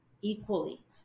equally